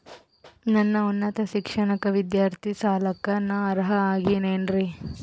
ನನ್ನ ಉನ್ನತ ಶಿಕ್ಷಣಕ್ಕ ವಿದ್ಯಾರ್ಥಿ ಸಾಲಕ್ಕ ನಾ ಅರ್ಹ ಆಗೇನೇನರಿ?